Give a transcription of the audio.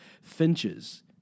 Finches